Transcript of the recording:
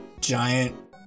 giant